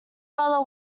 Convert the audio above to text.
brother